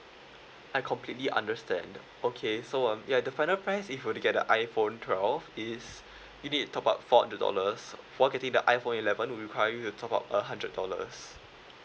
I completely understand okay so um ya the final price if you were to get the iphone twelve is you need to top up four hundred dollars for getting the iphone eleven we'll require you to top up a hundred dollars